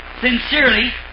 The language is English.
Sincerely